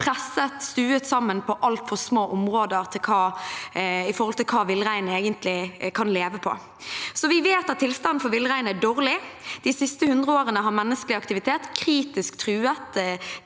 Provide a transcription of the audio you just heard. presset og stuet sammen på altfor små områder i forhold til hva villreinen egentlig kan leve på. Vi vet at tilstanden for villreinen er dårlig. De siste 100 årene har menneskelig aktivitet kritisk truet